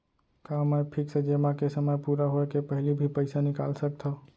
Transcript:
का मैं फिक्स जेमा के समय पूरा होय के पहिली भी पइसा निकाल सकथव?